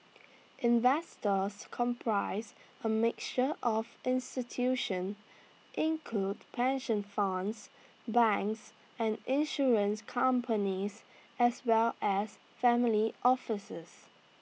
investors comprise A mixture of institution include pension funds banks and insurance companies as well as family offices